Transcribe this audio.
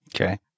okay